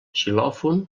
xilòfon